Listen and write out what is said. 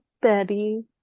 Betty